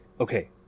okay